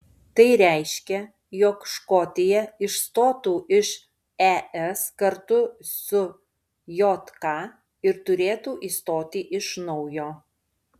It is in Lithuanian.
tai reiškia jog škotija išstotų iš es kartu su jk ir turėtų įstoti iš naujo